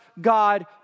God